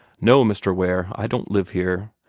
no, mr. ware, i don't live here.